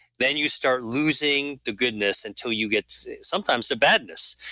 then you start losing the goodness until you get sometimes the badness.